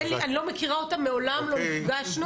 אני לא מכירה אותה, מעולם לא נפגשנו.